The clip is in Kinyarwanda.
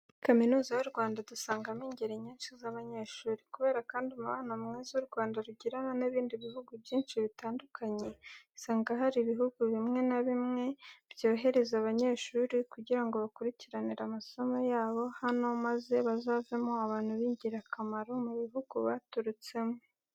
Muri Kaminuza y'u Rwanda dusangamo ingeri nyinshi z'abanyeshuri. Kubera kandi umubano mwiza u Rwanda rugirana n'ibindi bihugu bwinshi bitandukanye, usanga hari ibihugu bimwe na bimwe byohereza abanyeshuri kugira ngo bakurikiranire amasomo yabo hano maze bazavemo abantu b'ingirakamaro mu bihugu baturutsemo.